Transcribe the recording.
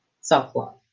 self-love